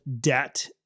debt